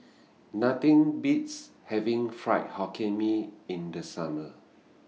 Nothing Beats having Fried Hokkien Mee in The Summer